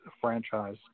franchise